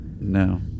no